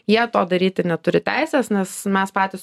jie to daryti neturi teisės nes mes patys